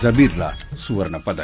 जबीरला सुवर्णपदक